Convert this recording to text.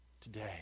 today